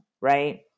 right